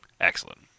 Excellent